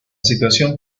situación